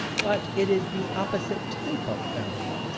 but it is the opposite type of film.